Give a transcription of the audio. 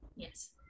Yes